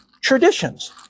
traditions